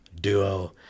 duo